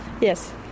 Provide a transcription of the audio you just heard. Yes